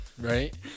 right